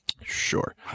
sure